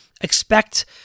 expect